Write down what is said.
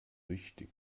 wichtig